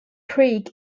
creek